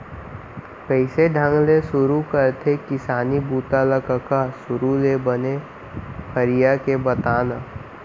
कइसे ढंग ले सुरू करथे किसानी बूता ल कका? सुरू ले बने फरिया के बता न